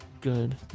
Good